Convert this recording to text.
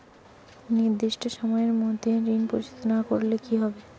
নির্দিষ্ট সময়ে মধ্যে ঋণ পরিশোধ না করলে কি হবে?